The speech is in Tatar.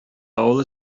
авыл